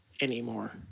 anymore